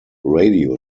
radio